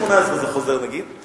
בגיל 18 זה חוזר, נגיד.